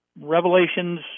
revelations